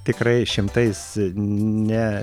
tikrai šimtais ne